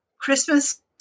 Christmas